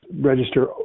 register